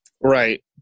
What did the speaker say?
Right